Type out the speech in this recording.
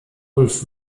ulf